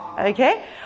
Okay